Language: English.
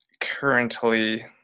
currently